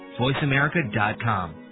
voiceamerica.com